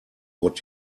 what